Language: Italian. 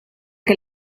che